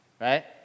Right